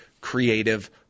creative